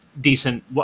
decent